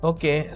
Okay